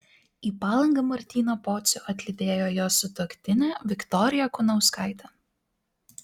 į palangą martyną pocių atlydėjo jo sutuoktinė viktorija kunauskaitė